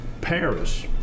Paris